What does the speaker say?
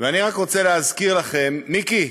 ואני רק רוצה להזכיר לכם, מיקי,